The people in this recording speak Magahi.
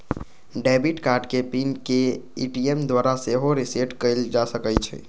डेबिट कार्ड के पिन के ए.टी.एम द्वारा सेहो रीसेट कएल जा सकै छइ